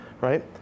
right